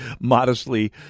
modestly